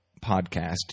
podcast